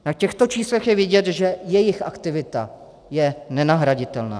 Na těchto číslech je vidět, že jejich aktivita je nenahraditelná.